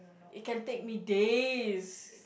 it can take me days